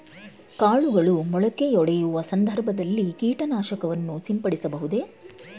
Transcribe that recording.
ಕಾಳುಗಳು ಮೊಳಕೆಯೊಡೆಯುವ ಸಂದರ್ಭದಲ್ಲಿ ಕೀಟನಾಶಕವನ್ನು ಸಿಂಪಡಿಸಬಹುದೇ?